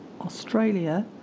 Australia